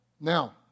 Now